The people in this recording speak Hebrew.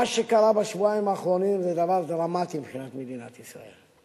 מה שקרה בשבועיים האחרונים זה דבר דרמטי מבחינת מדינת ישראל.